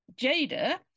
Jada